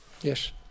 Yes